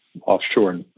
offshore